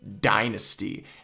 dynasty